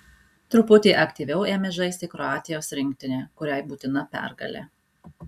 truputį aktyviau ėmė žaisti kroatijos rinktinė kuriai būtina pergalė